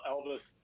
Elvis